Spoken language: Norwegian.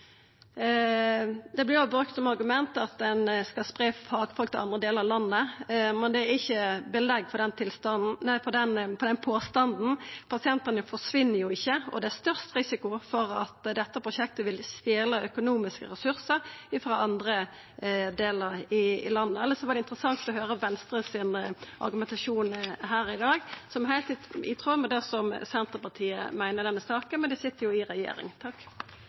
Det vert òg brukt som argument at ein skal spreie fagfolk til andre delar av landet, men det er ikkje belegg for den påstanden. Pasientane forsvinn jo ikkje, og det er størst risiko for at dette prosjektet vil stele økonomiske ressursar frå andre delar av landet. Elles var det interessant å høyre Venstres argumentasjon her i dag, som er heilt i tråd med det Senterpartiet meiner i denne saka, men dei sit jo i regjering.